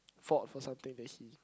fought for something that he